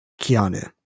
Keanu